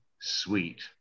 sweet